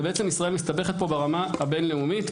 בעצם ישראל מסתבכת פה ברמה הבינלאומית.